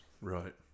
Right